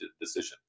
decision